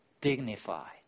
dignified